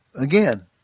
again